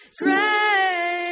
great